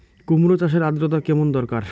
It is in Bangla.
কুমড়ো চাষের আর্দ্রতা কেমন দরকার?